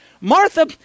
Martha